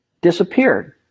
disappeared